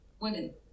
women